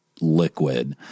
liquid